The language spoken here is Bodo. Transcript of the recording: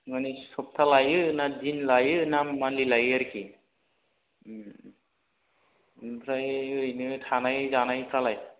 माने सफ्था लायो ना दिन लायो ना मान्थलि लायो आरोखि उम ओमफ्राय ओरैनो थानाय जानायफ्रालाय